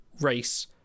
race